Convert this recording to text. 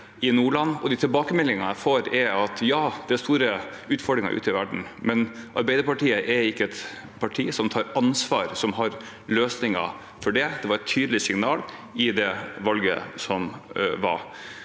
i Nordland, og de tilbakemeldingene jeg får, er: Ja, det er store utfordringer ute i verden, men Arbeiderpartiet er ikke et parti som tar ansvar, som har løsninger for det. Det var et tydelig signal i det valget som var.